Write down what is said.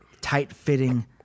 tight-fitting